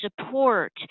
support